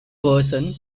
version